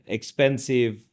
Expensive